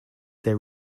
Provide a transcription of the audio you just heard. their